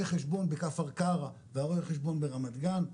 החשבון בכפר קרע ורואה החשבון ברמת גן,